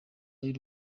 y’u